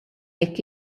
jekk